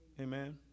Amen